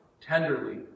tenderly